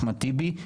אחמד טיבי,